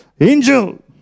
Angel